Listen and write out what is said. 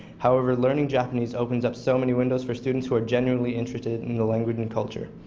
however learning japanese opens up so many windows for students who are genuinely interested in the language and culture.